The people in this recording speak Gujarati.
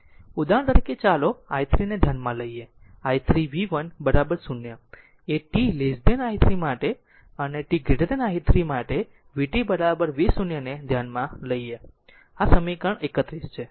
ઉદાહરણ તરીકે ચાલો i 3 ને ધ્યાનમાં લઈએ i 3 vt 0 એ t i 3 માટે અને t i 3 માટે vt v0 ને ધ્યાનમાં લઈએ 3 આ સમીકરણ 31 છે